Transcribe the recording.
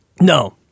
No